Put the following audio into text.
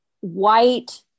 white